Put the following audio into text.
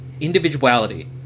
individuality